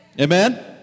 Amen